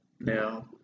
now